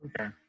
Okay